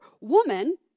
woman